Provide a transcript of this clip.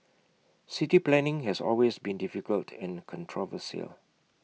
city planning has always been difficult and controversial